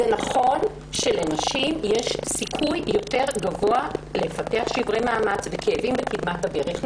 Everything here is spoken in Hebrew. נכון שלנשים יש סיכוי גדול יותר לפתח שברי מאמץ וכאבים בקדמת הברך,